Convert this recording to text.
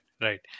right